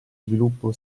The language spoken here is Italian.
sviluppo